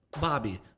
Bobby